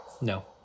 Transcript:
No